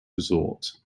resort